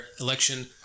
election